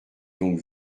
donc